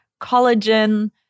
collagen